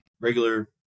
regular